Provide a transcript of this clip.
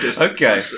okay